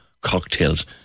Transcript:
Cocktails